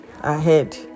ahead